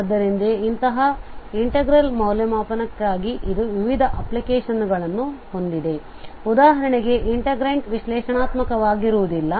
ಆದ್ದರಿಂದ ಅಂತಹ ಇನ್ಟೆಗ್ರಲ್ ಮೌಲ್ಯಮಾಪನಕ್ಕಾಗಿ ಇದು ವಿವಿಧ ಅಪ್ಲಿಕೇಶನ್ಗಳನ್ನು ಹೊಂದಿದೆ ಉದಾಹರಣೆಗೆ ಇನ್ಟೆಗ್ರಂಟ್ ವಿಶ್ಲೇಷಣಾತ್ಮಕವಾಗಿರುವುದಿಲ್ಲ